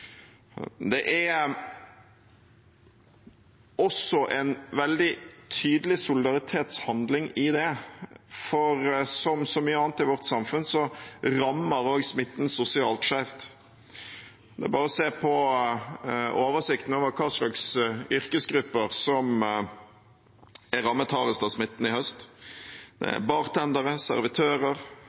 Det er også en veldig tydelig solidaritetshandling i det, for som med så mye annet i vårt samfunn rammer også smitten sosialt skjevt. Det er bare å se på oversikten over hvilke yrkesgrupper som er rammet hardest av smitten i høst: bartendere, servitører,